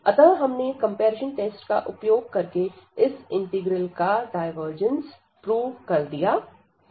अतः हमने comparison test का उपयोग करके इस इंटीग्रल का डायवर्जेंस प्रूव कर दिया है